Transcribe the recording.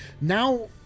now